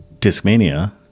Discmania